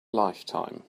lifetime